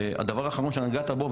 לגבי הדבר האחרון שנגעת בו.